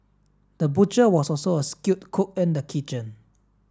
the butcher was also a skilled cook in the kitchen